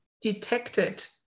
detected